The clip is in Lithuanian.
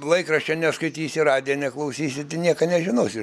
laikraščio neskaitysi radijo neklausysi nieko nežinosi